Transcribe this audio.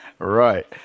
Right